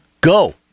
Go